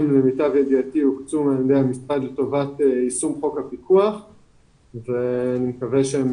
למיטב ידיעתי הוקצו לטובת יישום חוק הפיקוח ואני מקווה שהם